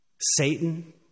Satan